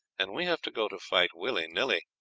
and we have to go to fight willy-nilly.